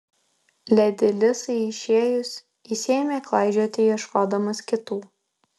ledi lisai išėjus jis ėmė klaidžioti ieškodamas kitų